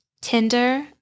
Tinder